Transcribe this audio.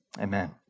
Amen